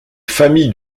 familles